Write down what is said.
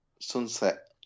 sunset